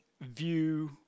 view